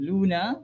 Luna